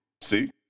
See